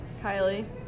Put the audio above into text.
Kylie